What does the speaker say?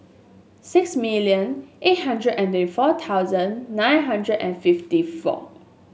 six million eight hundred and a four thousand nine hundred and fifty four